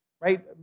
right